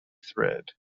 thread